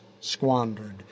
squandered